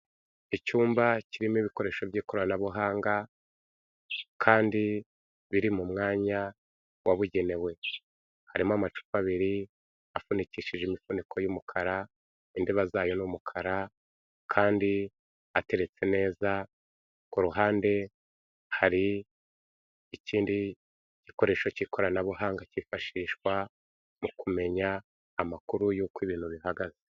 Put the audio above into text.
Icyumba kirimo ibikoresho by'ikoranabuhanga kandi biri mu mwanya wabugenewe, harimo amacupa abiri afunikishije imifuniko y'umukara, indiba zayo ni umukara kandi ateretse neza, ku ruhande hari ikindi gikoresho cy'ikoranabuhanga cyifashishwa mu kumenya amakuru y'uko ibintu bihagaze.